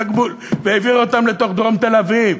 הגבול והעבירה אותם לתוך דרום תל-אביב?